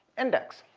index.